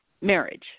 marriage